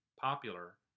popular